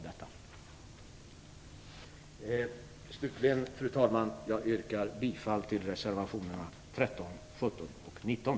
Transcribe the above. Slutligen yrkar jag bifall till reservationerna 13, 17